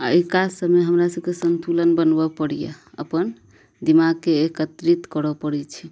आ एक समय हमरा सबके संतुलन बनबऽ पड़ैया अपन दिमागके एकत्रित करऽ पड़ै छै